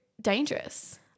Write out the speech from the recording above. dangerous